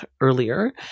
earlier